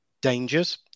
dangers